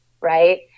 Right